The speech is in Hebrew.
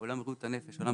בבקשה.